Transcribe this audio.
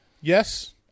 Yes